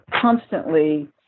constantly